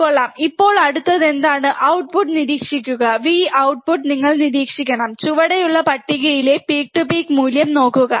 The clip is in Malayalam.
കൊള്ളാം ഇപ്പോൾ അടുത്തത് എന്താണ് ഔട്ടപുട്ട് നിരീക്ഷിക്കുക Vout ഔട്ട്പുട്ട് നിങ്ങൾ നിരീക്ഷിക്കണം ചുവടെയുള്ള പട്ടികയിലെ പീക്ക് ടു പീക്ക് മൂല്യം നോക്കുക